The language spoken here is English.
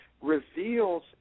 reveals